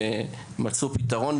ומצאו פתרון,